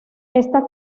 esta